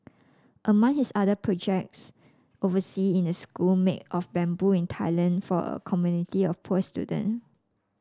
among his other projects oversea in a school made of bamboo in Thailand for a community of poor student